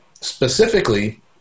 specifically